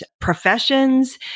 professions